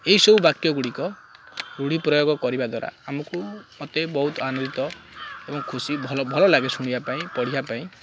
ଏଇସବୁ ବାକ୍ୟ ଗୁଡ଼ିକ ରୂଢ଼ି ପ୍ରୟୋଗ କରିବା ଦ୍ୱାରା ଆମକୁ ମତେ ବହୁତ ଆନନ୍ଦିତ ଏବଂ ଖୁସି ଭଲ ଭଲ ଲାଗେ ଶୁଣିବା ପାଇଁ ପଢ଼ିବା ପାଇଁ